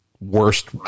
worst